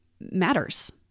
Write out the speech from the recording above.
matters